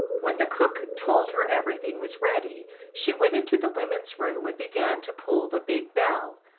when the cook told her everything was ready she went into the women's room and began to pull the big bell.